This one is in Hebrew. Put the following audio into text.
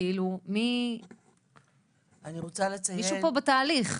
כאילו מישהו פה בתהליך.